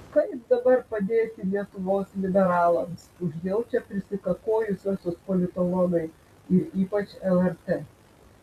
kaip dabar padėti lietuvos liberalams užjaučia prisikakojusiuosius politologai ir ypač lrt